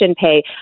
pay